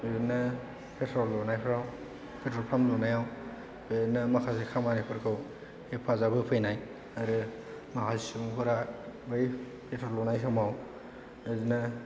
ओरैनो पेट्रल लुनायफ्राव petrol pump लुनायाव बेनो माखासे खामानिफोरखौ हेफाजाब होफैनाय आरो माखासे सुबुंफोरा बै पेट्रल लुनाय समाव बिदिनो